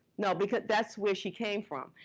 and but but that's where she came from.